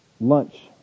lunch